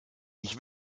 ich